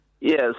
Yes